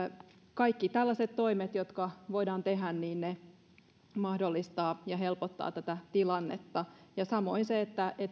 kaikki tällaiset toimet jotka voidaan tehdä niin ne mahdollistavat ja helpottavat tätä tilannetta samoin se että